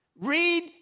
read